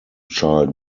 child